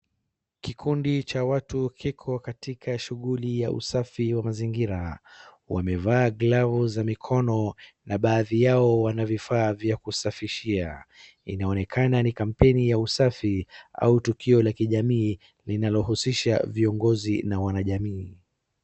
Kikundi cha watu kiko katika shughuli ya usafi wa mazingira, wamevaa glavu za mikono na baadhi yao wana vifaa vya kusafishia. Inaonekana ni kampeni ya usafi au tukio la kijamii linalohusisha viongozi na wanajamii.